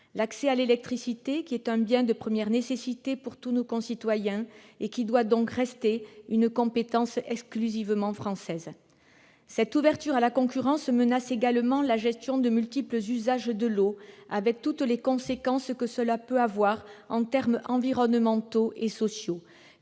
l'accès à l'électricité, qui est un bien de première nécessité pour tous nos concitoyens et qui doit donc rester une compétence exclusivement française. Cette ouverture à la concurrence menace également la gestion des multiples usages de l'eau, avec toutes les conséquences que cela peut avoir en termes environnementaux et sociaux,